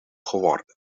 geworden